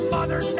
Mother